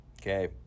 Okay